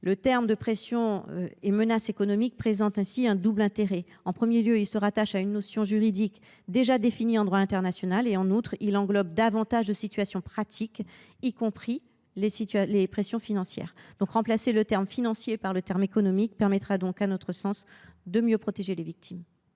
Le terme de « pressions et menaces économiques » présente un double intérêt. En premier lieu, il se rattache à une notion juridique déjà définie en droit international. En second lieu, il englobe davantage de situations pratiques, y compris les pressions financières. Remplacer le terme « financières » par le terme « économiques » permettra donc, selon nous, de mieux protéger les victimes.